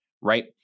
right